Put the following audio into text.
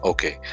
Okay